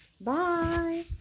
bye